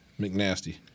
McNasty